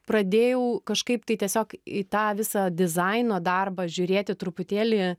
pradėjau kažkaip tai tiesiog į tą visą dizaino darbą žiūrėti truputėlį